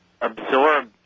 absorb